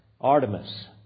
Artemis